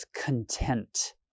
content